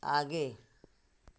आगे